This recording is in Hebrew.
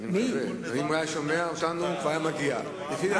הוא שומע אותנו בטלוויזיה.